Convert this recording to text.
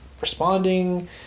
responding